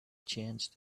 chance